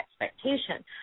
expectation